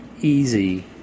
easy